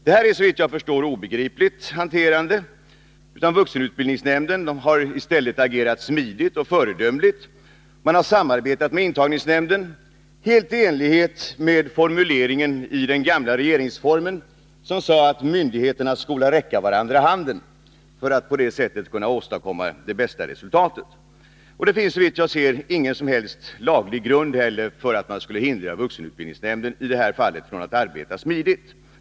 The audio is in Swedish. Detta är såvitt jag förstår ett obegripligt hanterande. Vuxenutbildningsnämnden i Linköping har agerat smidigt och föredömligt och samarbetat med intagningsnämnden — helt i enlighet med formuleringen i den gamla regeringsformen som sade att ”myndigheterna skola räcka varandra handen” för att på det sättet kunna åstadkomma det bästa resultatet. Det finns såvitt jag kan finna inte heller någon som helst laglig grund för att vuxenutbildningsnämnden i detta fall skulle hindras från att arbeta smidigt.